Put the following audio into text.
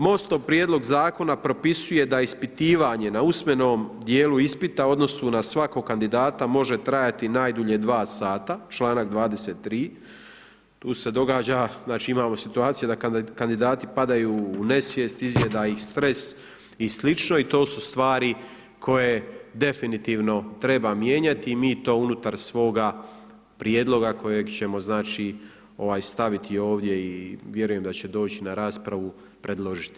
MOST-ov prijedlog zakona propisuje da ispitivanje na usmenom djelu ispita u odnosu na svakog kandidata može trajati najdulje 2 sata, članak 23., tu se događa znači imamo situaciju da kada kandidati padaju u nesvijest, izjeda ih stres i sl., i to su stvari koje definitivno treba mijenjati i mi to unutar svog prijedloga kojeg ćemo staviti ovdje i vjerujem da će doći na raspravu, predložiti.